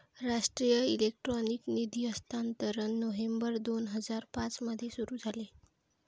राष्ट्रीय इलेक्ट्रॉनिक निधी हस्तांतरण नोव्हेंबर दोन हजार पाँच मध्ये सुरू झाले